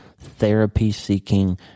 therapy-seeking